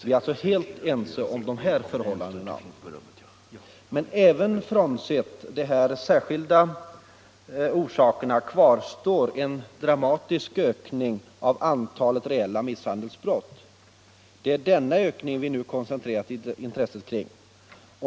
Vi är helt eniga om dessa förhållanden. Men även frånsett de här särskilda orsakerna kvarstår en dramatisk ökning av antalet reella misshandelsbrott. Det är denna ökning vi nu koncentrerar intresset kring.